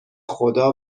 خدا